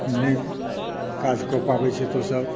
नहि काज कऽ पाबि छथि ओसभ